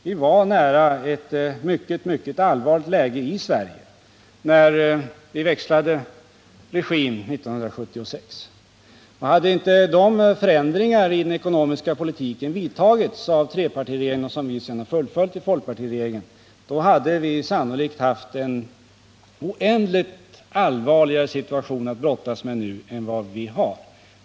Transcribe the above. Vi var nära ett mycket, mycket allvarligt läge i Sverige när vi växlade regim 1976. Hade inte de förändringar i den ekonomiska politiken vidtagits av trepartiregeringen, som vi sedan fullföljt i folkpartiregeringen, hade vi sannolikt haft en oändligt allvarligare situation att brottas med nu än vad vi har.